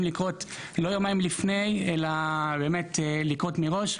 לקרות לא יומיים לפני אלא באמת לקרות מראש,